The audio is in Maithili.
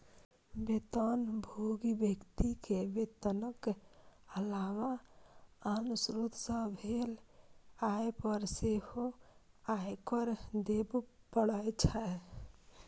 वेतनभोगी व्यक्ति कें वेतनक अलावा आन स्रोत सं भेल आय पर सेहो आयकर देबे पड़ै छै